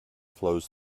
flows